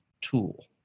tool